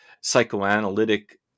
psychoanalytic